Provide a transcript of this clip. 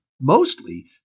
mostly